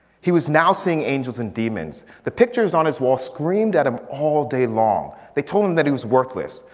he was now seeing angels and demons, the pictures on his wall screamed at him all day long. they told him that he was worthless,